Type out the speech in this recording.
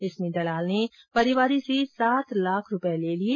इसमें दलाल ने परिवादी से सात लाख रूपये ले लिये